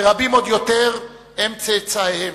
ורבים עוד יותר הם צאצאיהם,